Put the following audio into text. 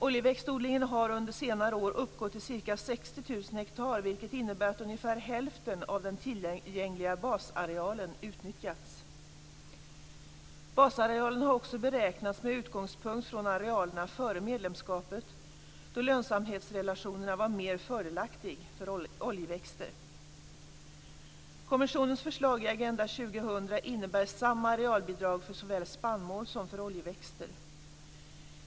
Oljeväxtodlingen har under senare år uppgått till ca 60 000 hektar, vilket innebär att ungefär hälften av den tillgängliga basarealen utnyttjats. Basarealen har också beräknats med utgångspunkt från arealerna före medlemskapet då lönsamhetsrelationen var mer fördelaktig för oljeväxter. Kommissionens förslag i Agenda 2000 innebär samma arealbidrag för såväl spannmål som för oljeväxter.